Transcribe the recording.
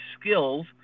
skills